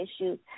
issues